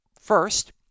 First